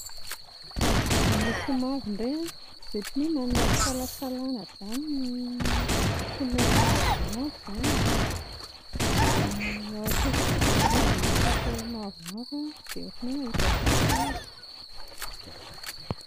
Ny loko mavo indray dia ohatran'ny hoe manana fisalasalana izany ny couleur mavomavo izany e, dia ny ao an-tsaiko voalohany indray vao mieritreritra mavomavo aho a dia ohatran'ny hoe mahita voasary